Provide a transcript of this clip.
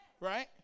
right